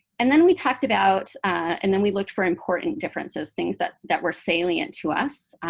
and then we talked about and then we looked for important differences, things that that were salient to us,